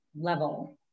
level